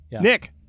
Nick